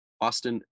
Austin